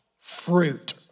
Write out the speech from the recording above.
fruit